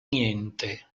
niente